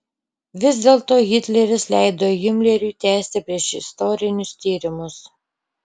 vis dėlto hitleris leido himleriui tęsti priešistorinius tyrimus